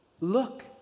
look